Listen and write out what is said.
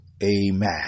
Amen